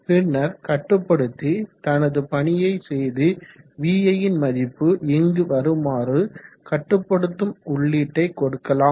பின்னர் கட்டுப்படுத்தி தனது பணியை செய்து vi ன் மதிப்பு இங்கு வருமாறு கட்டுப்படுத்தும் உள்ளீட்டை கொடுக்கலாம்